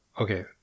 Okay